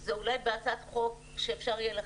זה אולי בהצעת חוק שאפשר יהיה להכניס,